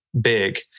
big